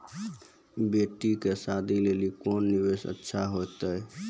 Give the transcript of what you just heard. बेटी के शादी लेली कोंन निवेश अच्छा होइतै?